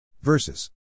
Verses